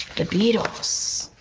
the beatles,